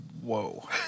whoa